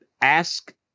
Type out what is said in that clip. ask